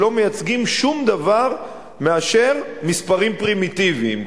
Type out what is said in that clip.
שלא מייצגים שום דבר אלא מספרים פרימיטיביים.